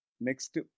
Next